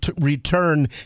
return